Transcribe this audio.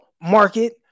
market